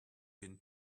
been